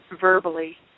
verbally